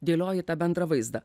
dėlioji tą bendrą vaizdą